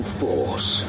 force